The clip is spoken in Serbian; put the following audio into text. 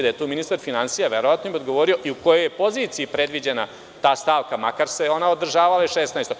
Da je tu ministar finansija verovatno bi mi odgovorio i u kojoj poziciji je predviđena ta stavka, makar se održavala i 16.